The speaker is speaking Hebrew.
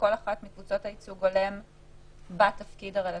מכל אחת מקבוצות הייצוג ההולם בתפקיד הרלוונטי,